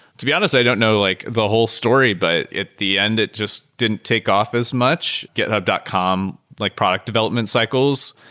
to be honest, i don't know like the whole story, but at the end it just didn't take off as much github dot com, like product development cycles,